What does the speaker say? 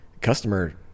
customer